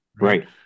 right